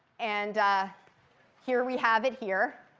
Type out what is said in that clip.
and here we have it, here.